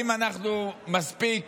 האם אנחנו מספיק